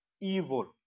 evil